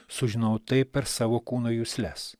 sužinojau tai per savo kūno jusles